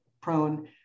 prone